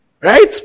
Right